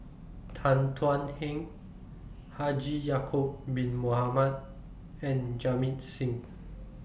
Tan Thuan Heng Haji Ya'Acob Bin Mohamed and Jamit Singh